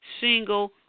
single